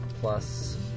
plus